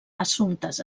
assumptes